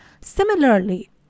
Similarly